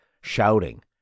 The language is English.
shouting